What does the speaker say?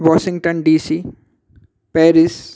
Washington DC Paris